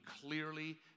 clearly